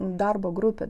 darbo grupė